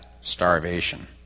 starvation